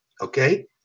Okay